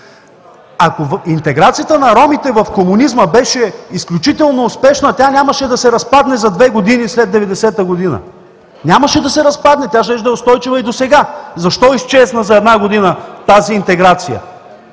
Ако интеграцията на ромите в комунизма беше изключително успешна, тя нямаше да се разпадне за две години след 1990 г. – нямаше да се разпадне, щеше да е устойчива и досега. Защо изчезна за една година тази интеграция?